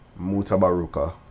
Mutabaruka